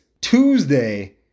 Tuesday